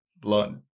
blood